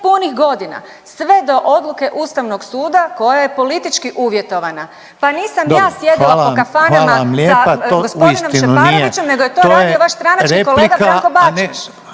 punih godina sve do odluke Ustavnog suda koja ja politički uvjetovana. Pa nisam ja sjedila po kafanama sa gospodinom Šeparovićem, nego je to radio vaš stranački kolega Branko Bačić.